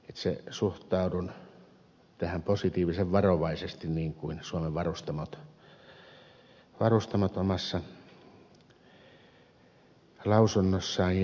itse suhtaudun tähän positiivisen varovaisesti niin kuin suomen varustamot omassa lausunnossaan tiedoksi jättivät